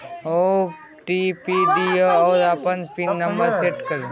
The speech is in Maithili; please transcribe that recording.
ओ.टी.पी दियौ आ अपन पिन नंबर सेट करु